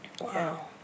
Wow